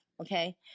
Okay